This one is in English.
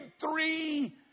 three